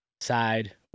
side